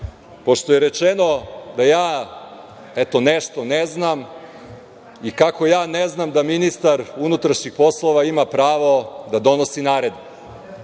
pošto je rečeno da ja, eto nešto ne znam i kako ja ne znam da ministar unutrašnjih poslova ima pravo da donosi naredbe.